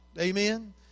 Amen